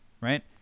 right